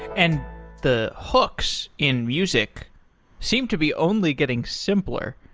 and the hooks in music seem to be only getting simpler.